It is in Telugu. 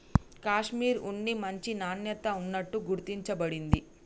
కాషిమిర్ ఉన్ని మంచి నాణ్యత ఉన్నట్టు గుర్తించ బడింది